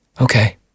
okay